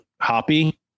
hoppy